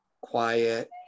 quiet